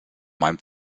meinem